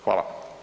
Hvala.